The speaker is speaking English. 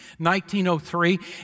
1903